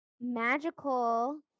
magical